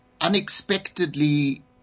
unexpectedly